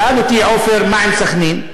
שאל אותי עפר מה עם סח'נין.